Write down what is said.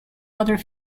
other